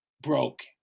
broke